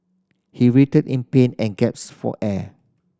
he writhed in pain and gaps for air